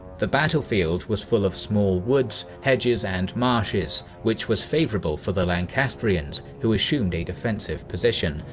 the battlefield was full of small woods, hedges, and marshes which was favorable for the lancastrians, who assumed a defensive position,